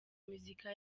muzika